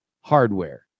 hardware